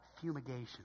fumigation